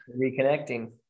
Reconnecting